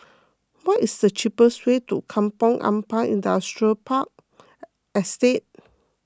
what is the cheapest way to Kampong Ampat Industrial Park Estate